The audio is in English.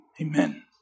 Amen